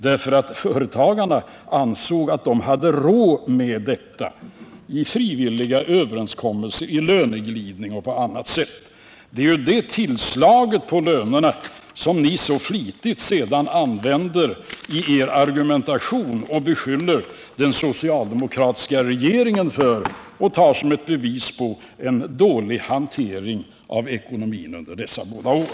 Sedan lades det till 22 26 genom frivilliga överenskommelser, genom löneglidning och på annat sätt, därför att företagarna ansåg att de hade råd därmed. Det är detta påslag på lönerna som ni sedan så flitigt använder i er argumentation och beskyller den socialdemokratiska regeringen för samt tar såsom ett bevis på en dålig hantering av ekonomin under dessa båda år.